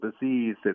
disease